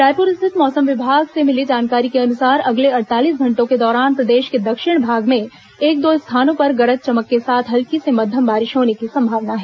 रायपुर स्थित मौसम विभाग से मिली जानकारी के अनुसार अगले अड़तालीस घंटों के दौरान प्रदेश के दक्षिण भाग में एक दो स्थानों पर गरज चमक के साथ हल्की से मध्यम बारिश होने की संभावना है